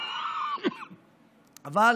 אבל